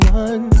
one